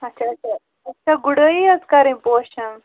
اچھا اچھا اَچھا گُڑٲیی یَٲژ کَرٕنۍ پوشَن